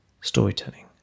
storytelling